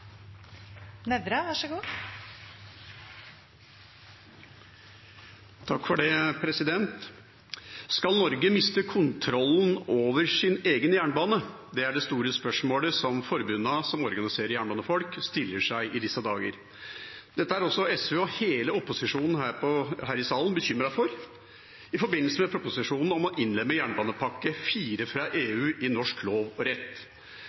som organiserer jernbanefolk, stiller seg i disse dager. Dette er også SV og hele opposisjonen her i salen bekymret for i forbindelse med proposisjonen om å innlemme jernbanepakke IV fra EU i norsk lov og rett.